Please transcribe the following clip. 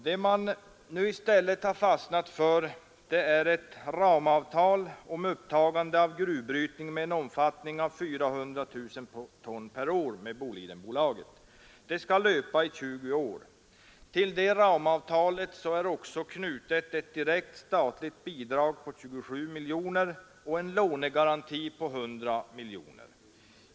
Vad man nu i stället har fastnat för är ett ramavtal med Boliden om upptagande av gruvbrytning med en omfattning av 400 000 ton per år. Det skall löpa i 20 år. Till detta ramavtal är också knutet ett direkt statligt bidrag på 27 miljoner kronor och en lånegaranti på 100 miljoner kronor.